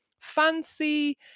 fancy